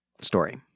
story